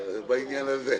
בעניין הזה.